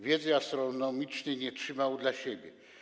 Wiedzy astronomicznej nie trzymał dla siebie.